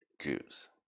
Jews